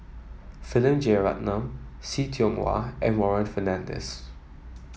Philip Jeyaretnam See Tiong Wah and Warren Fernandez